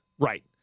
Right